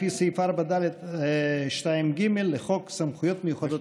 לפי סעיף 4(ד)(2)(ג) לחוק סמכויות מיוחדות